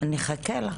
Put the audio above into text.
נחכה לה.